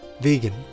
vegan